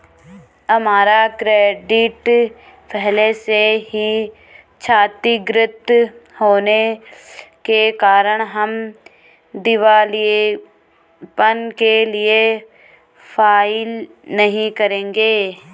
हमारा क्रेडिट पहले से ही क्षतिगृत होने के कारण हम दिवालियेपन के लिए फाइल नहीं करेंगे